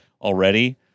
already